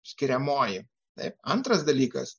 skiriamoji taip antras dalykas